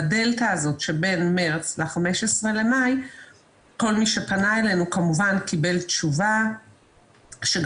בדלתה הזאת שבין מארס ל-15 במאי כל מי שפנה אלינו כמובן קיבל תשובה שגם